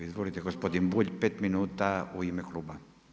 Izvolite gospodin Bulj 5 minuta u ime kluba.